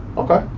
okay,